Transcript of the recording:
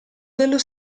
dello